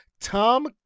Tom